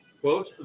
quote